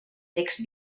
text